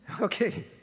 okay